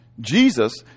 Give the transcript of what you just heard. Jesus